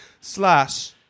slash